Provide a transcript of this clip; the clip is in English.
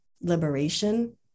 liberation